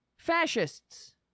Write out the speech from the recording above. Fascists